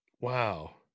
Wow